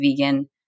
vegan